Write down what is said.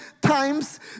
Times